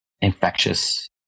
infectious